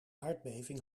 aardbeving